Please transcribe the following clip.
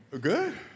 Good